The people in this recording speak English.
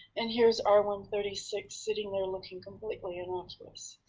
and here's r one three six sitting there looking completely innocuous.